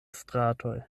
stratoj